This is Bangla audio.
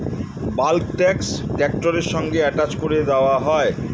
বাল্ক ট্যাঙ্ক ট্র্যাক্টরের সাথে অ্যাটাচ করে দেওয়া হয়